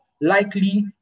likely